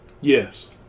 Yes